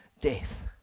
death